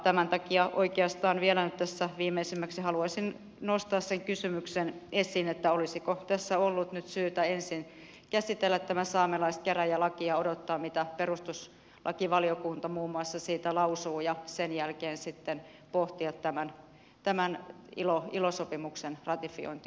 tämän takia oikeastaan vielä tässä viimeisimmäksi haluaisin nostaa esiin sen kysymyksen olisiko tässä ollut nyt syytä ensin käsitellä tämä saamelaiskäräjälaki ja odottaa mitä muun muassa perustuslakivaliokunta siitä lausuu ja sen jälkeen olisi sitten voitu pohtia tämän ilo sopimuksen ratifiointia uudestaan